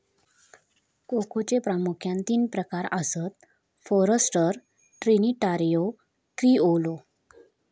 कोकोचे प्रामुख्यान तीन प्रकार आसत, फॉरस्टर, ट्रिनिटारियो, क्रिओलो